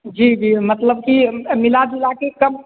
जी जी मतलब कि मिला जुलाकर कम